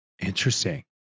Interesting